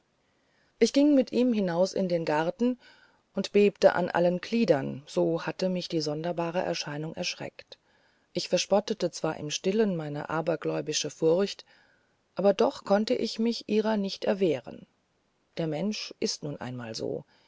ich ging mit ihm hinaus in den garten und bebte an allen gliedern so hatte mich die sonderbare erscheinung erschreckt ich verspottete zwar im stillen meine abergläubische furcht aber doch konnte ich mich ihrer nicht erwehren der mensch ist nun einmal so